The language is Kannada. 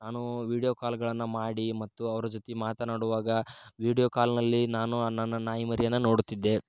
ನಾನು ವೀಡಿಯೋ ಕಾಲ್ಗಳನ್ನು ಮಾಡಿ ಮತ್ತು ಅವರ ಜೊತೆ ಮಾತನಾಡುವಾಗ ವೀಡಿಯೋ ಕಾಲ್ನಲ್ಲಿ ನಾನು ಆ ನನ್ನ ನಾಯಿ ಮರಿಯನ್ನು ನೋಡುತ್ತಿದ್ದೆ